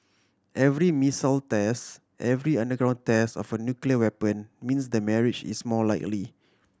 every missile test every underground test of a nuclear weapon means the marriage is more likely